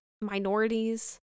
minorities